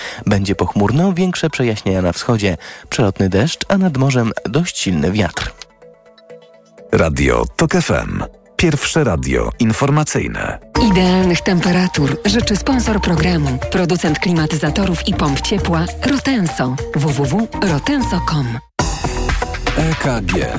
Będzie pochmurno, większe przejaśnienia na wschodzie, przelotny deszcz, a nad morzem dość silny wiatr. Radio Tok FM. Pierwsze radio informacyjne. Idealnych temperatur życzy sponsor programu. Producent klimatyzatorów i pomp ciepła Rotenso. www.rotenso.com. EKG.